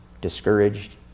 discouraged